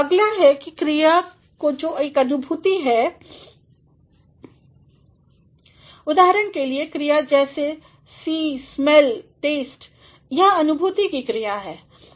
अगले हैं वह क्रिया जो एकअनुभूतिहैं उदाहरण के लिए क्रिया जैसे सी स्मेल टेस्ट यह अनुभूति की क्रिया हैं